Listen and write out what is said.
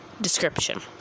Description